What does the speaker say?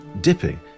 dipping